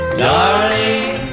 darling